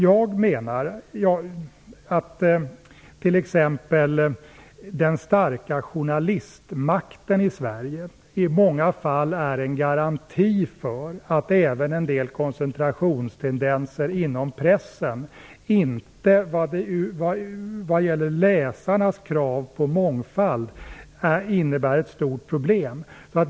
Jag menar t.ex. att den starka journalistmakten i Sverige i många fall är en garanti för att även en del koncentrationstendenser inom pressen inte vad gäller läsarnas krav på mångfald innebär ett stort problem.